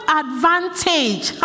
advantage